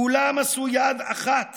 כולם עשו יד אחת